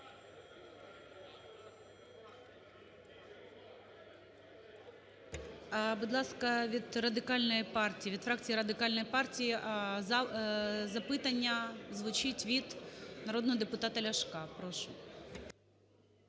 Будь ласка, від Радикальної партії, від фракції Радикальної партії запитання звучить від народного депутата Ляшка. Прошу.